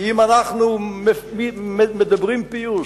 אם אנחנו מדברים פיוס,